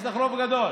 יש לך רוב גדול.